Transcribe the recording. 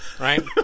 Right